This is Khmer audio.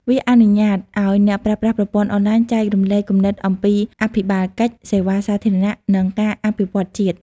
វាអនុញ្ញាតឱ្យអ្នកប្រើប្រាស់ប្រព័ន្ធអនឡាញចែករំលែកគំនិតអំពីអភិបាលកិច្ច សេវាសាធារណៈ និងការអភិវឌ្ឍន៍ជាតិ។